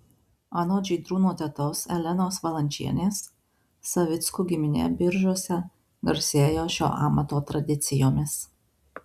anot žydrūno tetos elenos valančienės savickų giminė biržuose garsėjo šio amato tradicijomis